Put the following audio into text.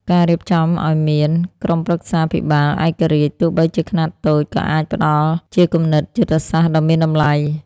ការរៀបចំឱ្យមាន "ក្រុមប្រឹក្សាភិបាលឯករាជ្យ" ទោះបីជាខ្នាតតូច ក៏អាចផ្ដល់ជាគំនិតយុទ្ធសាស្ត្រដ៏មានតម្លៃ។